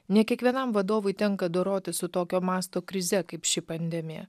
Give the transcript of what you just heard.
ne kiekvienam vadovui tenka dorotis su tokio masto krize kaip ši pandemija